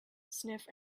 sniff